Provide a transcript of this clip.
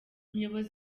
umuyobozi